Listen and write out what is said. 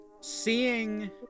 Seeing